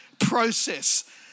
process